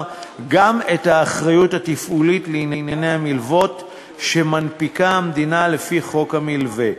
גם את האחריות התפעולית לענייני המלוות שמנפיקה המדינה לפי חוק המלווה.